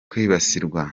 kwibasirwa